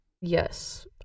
Yes